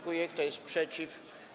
Kto jest przeciw?